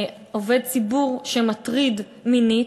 עובד ציבור שמטריד מינית,